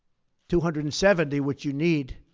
two hundred and seventy, which you need,